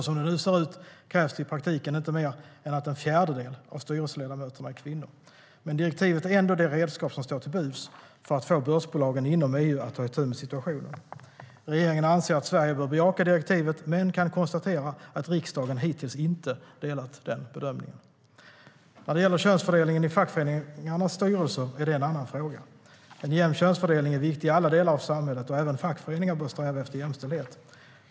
Som det nu ser ut krävs det i praktiken inte mer än att en fjärdedel av styrelseledamöterna är kvinnor. Men direktivet är ändå det redskap som står till buds för att få börsbolagen inom EU att ta itu med situationen. Regeringen anser att Sverige bör bejaka direktivet men kan konstatera att riksdagen hittills inte delat den bedömningen. När det gäller könsfördelningen i fackföreningarnas styrelser är det en annan fråga. En jämn könsfördelning är viktig i alla delar av samhället, och även fackföreningar bör sträva efter jämställdhet.